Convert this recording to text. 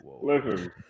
Listen